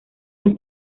los